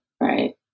Right